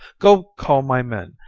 go call my men,